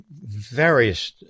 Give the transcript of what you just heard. various